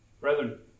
Brethren